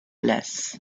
less